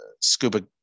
scuba